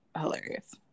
Hilarious